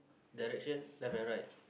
direction left and right